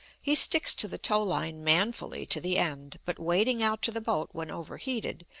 he sticks to the tow-line manfully to the end, but wading out to the boat when over-heated,